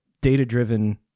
data-driven